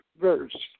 verse